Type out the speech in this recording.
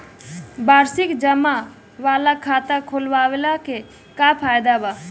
वार्षिकी जमा वाला खाता खोलवावे के का फायदा बा?